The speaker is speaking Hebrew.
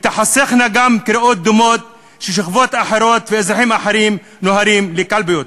ותיחסכנה גם קריאות דומות ששכבות אחרות ואזרחים אחרים נוהרים לקלפיות.